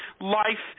Life